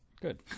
Good